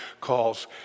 calls